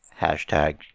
Hashtag